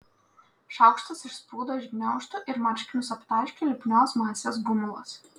šaukštas išsprūdo iš gniaužtų ir marškinius aptaškė lipnios masės gumulas